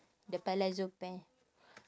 the palazzo pa~